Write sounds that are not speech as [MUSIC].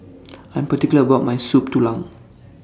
[NOISE] I'm particular about My Soup Tulang